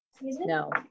No